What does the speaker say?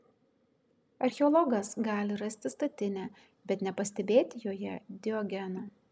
archeologas gali rasti statinę bet nepastebėti joje diogeno